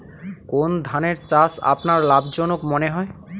কোন ধানের চাষ আপনার লাভজনক মনে হয়?